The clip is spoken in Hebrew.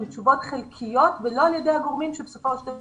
הן תשובות חלקיות ולא על ידי הגורמים שבסופו של דבר